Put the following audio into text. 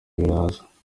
biraza